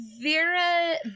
Vera